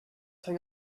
hang